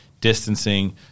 distancing